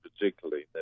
particularly